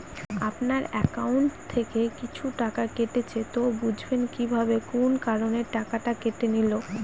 আপনার একাউন্ট থেকে কিছু টাকা কেটেছে তো বুঝবেন কিভাবে কোন কারণে টাকাটা কেটে নিল?